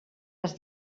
les